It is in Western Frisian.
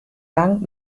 bang